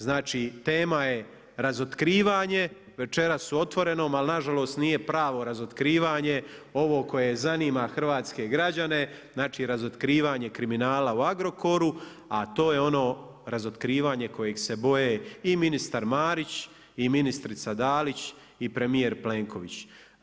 Znači tema je razotkrivanje, večeras u Otvorenom ali nažalost, nije pravo razotkrivanje ovo koje zanima hrvatske građane, znači razotkrivanje kriminala u Agrokoru, a to je ono razotkrivanje kojeg se boje i ministar Marić i ministrica Dalić i premijer Plenković.